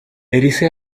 elsa